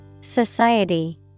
Society